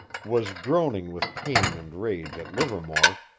was groaning with pain and rage at livermore,